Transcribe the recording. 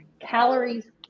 calories